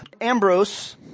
Ambrose